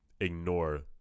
ignore